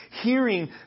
hearing